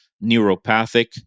Neuropathic